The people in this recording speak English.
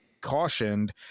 cautioned